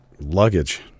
luggage